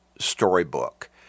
storybook